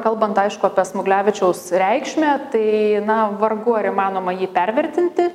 kalbant aišku apie smuglevičiaus reikšmę tai na vargu ar įmanoma jį pervertinti